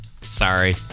Sorry